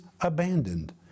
abandoned